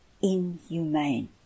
inhumane